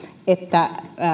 että